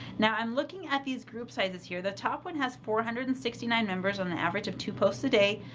now i'm looking at these group sizes here the top one has four hundred and sixty nine members on the average of two posts a day,